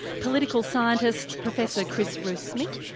political scientist professor chris reus-smit,